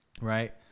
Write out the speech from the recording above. Right